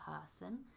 person